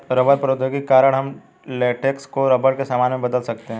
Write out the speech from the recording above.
rubber प्रौद्योगिकी के कारण हम लेटेक्स को रबर के सामान में बदल सकते हैं